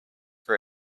for